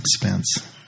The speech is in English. expense